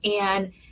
and-